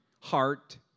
heart